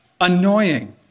annoying